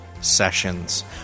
sessions